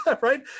Right